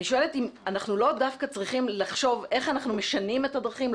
אני שואלת אם אנחנו לא דווקא צריכים לחשוב איך אנחנו משנים את הדרכים,